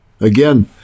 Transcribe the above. again